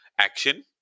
action